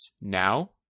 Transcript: Now